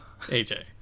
AJ